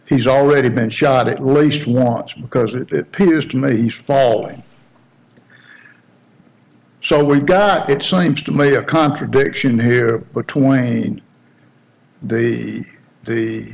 he's already been shot at least launch because it appears to me he's falling so we've got it seems to me a contradiction here between the the